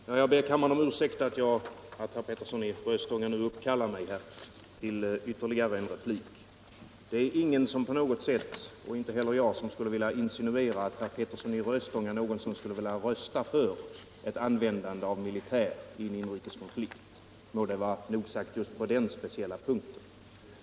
Herr talman! Jag ber kammarens ledamöter om ursäkt för att herr Petersson i Röstånga nu uppkallar mig till ytterligare en replik. Ingen vill på något sätt — inte heller jag — insinuera att herr Petersson i Röstånga någonsin skulle vilja rösta för ett användande av militär vid en inrikes konflikt. Må det vara nog sagt just på den speciella punkten.